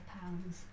pounds